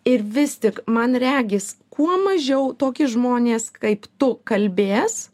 ir vis tik man regis kuo mažiau tokie žmonės kaip tu kalbės